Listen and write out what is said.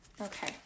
Okay